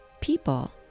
people